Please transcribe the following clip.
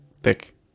thick